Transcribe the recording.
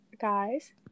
guys